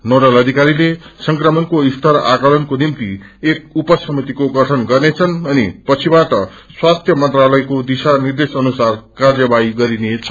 nodal अधिकरीले संक्रमणको स्तर आफलनको निम्ति एक उप समितिको गठन गर्नेछन् अनि पछिबाट स्वास्थ्य मंत्रालयको दिशा निर्देश अनुसार क्वर्य गरिनेछ